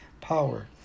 power